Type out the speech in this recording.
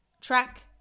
track